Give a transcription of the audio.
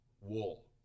wool